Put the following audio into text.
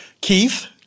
Keith